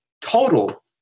total